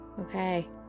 Okay